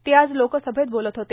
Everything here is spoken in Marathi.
ते आज लोकसभेत बोलत होते